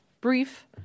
brief